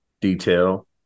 detail